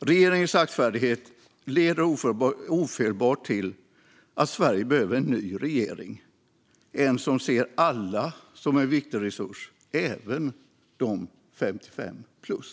Regeringens saktfärdighet leder ofelbart till att Sverige behöver en ny regering som ser alla som en viktig resurs, även 55-plus.